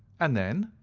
and then?